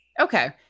Okay